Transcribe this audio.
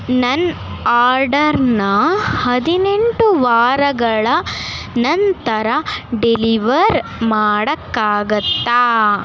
ನನ್ನ ಆರ್ಡರ್ನ ಹದಿನೆಂಟು ವಾರಗಳ ನಂತರ ಡೆಲಿವರ್ ಮಾಡೋಕ್ಕಾಗುತ್ತಾ